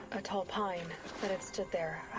a tall pine, that had stood there. ah,